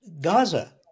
Gaza